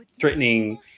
threatening